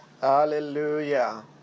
Hallelujah